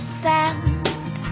sand